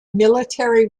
military